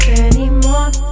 anymore